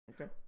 Okay